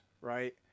right